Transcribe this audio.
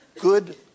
good